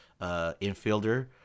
infielder